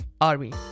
ARMY